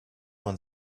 man